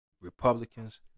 Republicans